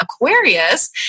Aquarius